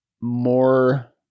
more